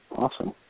Awesome